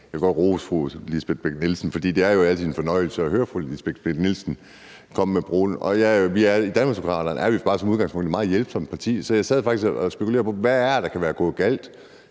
jeg vil godt rose fru Lisbeth Bech-Nielsen, for det er jo altid en fornøjelse at høre fru Lisbeth Bech-Nielsen. Danmarksdemokraterne er som udgangspunkt et meget hjælpsomt parti. Så jeg sad faktisk og spekulerede på, hvad det kan være, der er